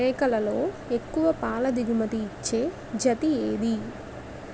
మేకలలో ఎక్కువ పాల దిగుమతి ఇచ్చే జతి ఏది?